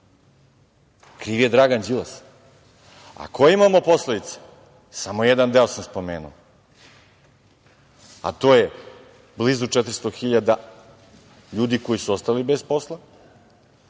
Kriv je Dragan Đilas. A koje imamo posledice? Samo jedan deo sam spomenuo, a to je blizu 400.000 ljudi koji su ostali bez posla,